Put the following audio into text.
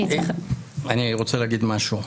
אני רוצה להגיד משהו.